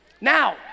Now